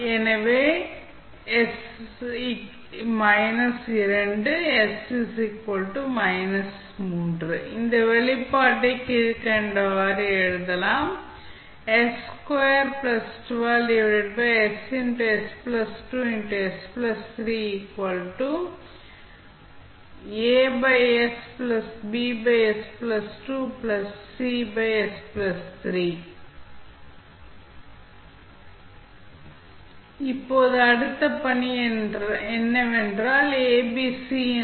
எனவே இந்த வெளிப்பாட்டை கீழ்கண்டவாறு குறிப்பிடலாம் இப்போது அடுத்த பணி என்னவென்றால் A B C A B C